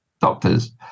doctors